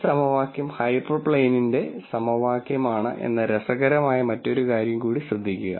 ഈ സമവാക്യം ഹൈപ്പർപ്ലെയിനിന്റെ സമവാക്യമാണ് എന്ന രസകരമായ മറ്റൊരു കാര്യം കൂടി ശ്രദ്ധിക്കുക